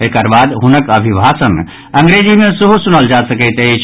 एकर बाद हुनक अभिभाषण अंग्रेजी मे सेहो सुनल जा सकैत अछि